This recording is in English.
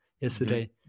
yesterday